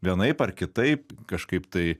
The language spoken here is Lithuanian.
vienaip ar kitaip kažkaip tai